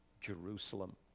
Jerusalem